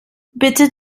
bitte